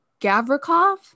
Gavrikov